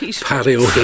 patio